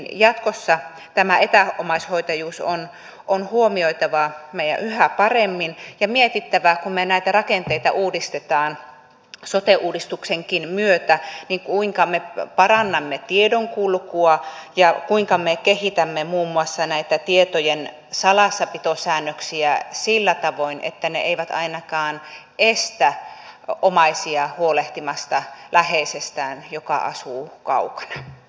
jatkossa meidän on huomioitava tämä etäomaishoitajuus yhä paremmin ja mietittävä kun me näitä rakenteita uudistamme sote uudistuksenkin myötä kuinka me parannamme tiedonkulkua ja kuinka me kehitämme muun muassa näitä tietojen salassapitosäännöksiä sillä tavoin että ne eivät ainakaan estä omaisia huolehtimasta läheisestään joka asuu kaukana